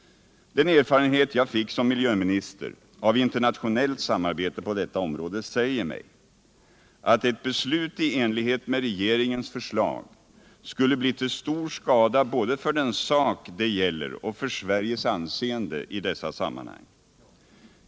Den erfarenhet jag fick som miljöminister av internationellt samarbete på detta område säger mig att ett beslut i enlighet med regeringens förslag skulle bli till stor skada både för den sak det gäller och för Sveriges anseende i dessa sammanhang.